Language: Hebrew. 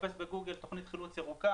לחפש בגוגל: תוכנית חילוץ ירוקה.